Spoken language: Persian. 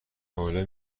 حوله